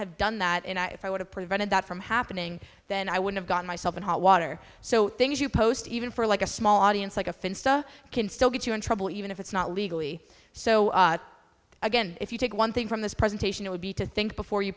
have done that if i would have prevented that from happening then i would have got myself in hot water so things you post even for like a small audience like a can still get you in trouble even if it's not legally so again if you take one thing from this presentation it would be to think before you